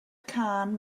cân